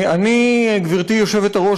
גברתי היושבת-ראש,